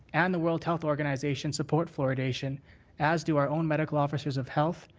and the world health organization support fluoridation as do our own medical officers of health.